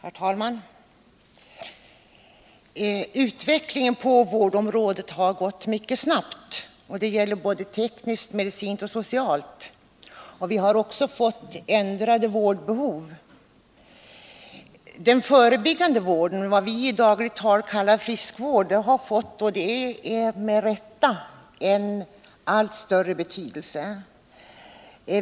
Herr talman! Utvecklingen på vårdområdet har gått mycket snabbt såväl tekniskt och medicinskt som socialt, och vi har också fått ändrade vårdbehov. Den förebyggande vården — vad vi i dagligt tal kallar friskvård — har med rätta fått allt större betydelse.